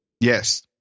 Yes